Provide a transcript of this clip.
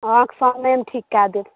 अहाँके सामनेमे ठीक कए देब